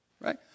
right